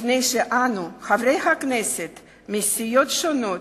לפני שאנו, חברי הכנסת מסיעות שונות,